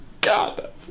God